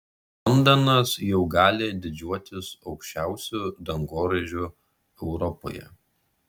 londonas jau gali didžiuotis aukščiausiu dangoraižiu europoje